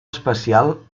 espacial